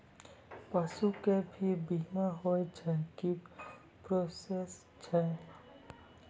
पसु के भी बीमा होय छै, की प्रोसेस छै?